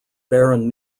baron